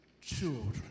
children